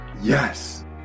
yes